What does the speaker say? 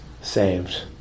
saved